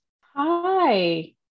hi